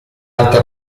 alta